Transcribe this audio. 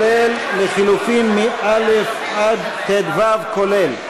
36, כולל לחלופין מא' עד ט"ו, כולל.